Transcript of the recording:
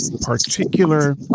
particular